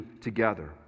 together